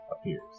appears